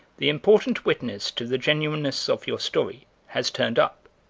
the important witness to the genuineness of your story has turned up,